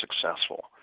successful